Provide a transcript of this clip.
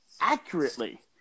accurately